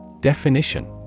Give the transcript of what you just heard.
Definition